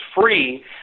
free